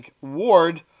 ward